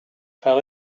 fell